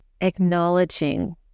acknowledging